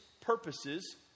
purposes